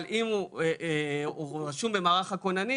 אבל אם הוא רשום במערך הכוננים,